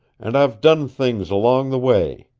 and i've done things along the way.